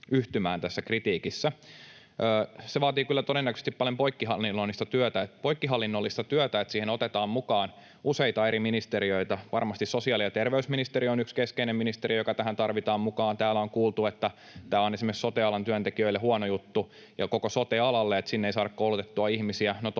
yhtymään. Se vaatii kyllä todennäköisesti paljon poikkihallinnollista työtä, eli että siihen otetaan mukaan useita eri ministeriöitä. Varmasti sosiaali- ja terveysministeriö on yksi keskeinen ministeriö, joka tähän tarvitaan mukaan. Täällä on kuultu, että tämä on esimerkiksi sote-alan työntekijöille ja koko sote-alalle huono juttu, kun sinne ei saada koulutettua ihmisiä.